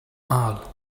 الکادوی